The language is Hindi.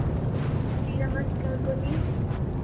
जी नमस्कार बोलिए